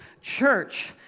church